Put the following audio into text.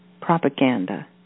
propaganda